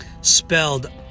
Spelled